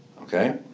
okay